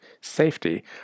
safety